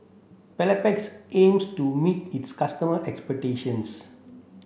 Papulex aims to meet its customer expectations